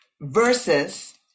Versus